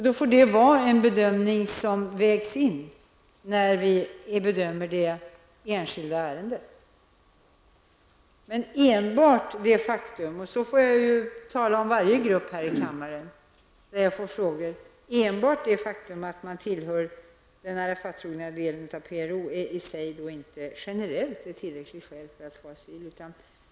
Då får detta vägas in när vi bedömer det enskilda ärendet. Enbart det faktum -- och det gäller varje grupp -- att man tillhör den Arafattrogna delen av PLO är generellt inte ett tillräckligt skäl för att få asyl.